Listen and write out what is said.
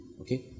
Okay